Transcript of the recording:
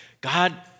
God